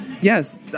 yes